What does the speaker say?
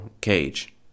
cage